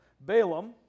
Balaam